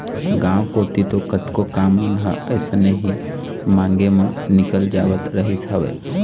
गांव कोती तो कतको काम मन ह अइसने ही मांगे म निकल जावत रहिस हवय